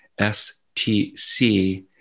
STC